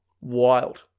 wild